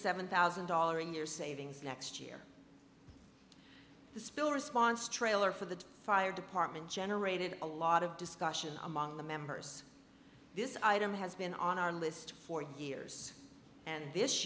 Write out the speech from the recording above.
seven thousand dollars in your savings next year the spill response trailer for the fire department generated a lot of discussion among the members this item has been on our list for years and this